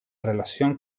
relación